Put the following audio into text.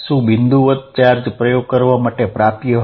શું બિંદુવતચાર્જ પ્રયોગ કરવા માટે પ્રાપ્ય હતા